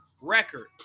record